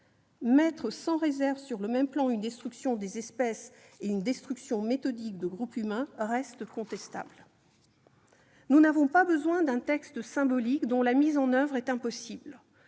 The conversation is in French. Placer sans réserve sur le même plan une destruction des espèces et une destruction méthodique de groupes humains reste contestable. Nous n'avons pas besoin d'un texte symbolique dont la mise en oeuvre est impossible.